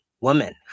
woman